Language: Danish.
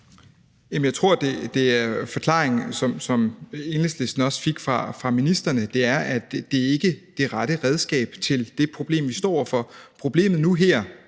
jeg tror, at forklaringen, som Enhedslisten også fik fra ministeren, er, at det ikke er det rette redskab til det problem, vi står over for. Problemet nu her,